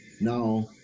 now